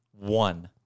One